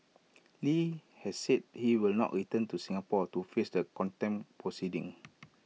li has said he will not return to Singapore to face the contempt proceedings